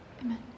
Amen